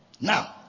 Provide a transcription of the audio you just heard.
Now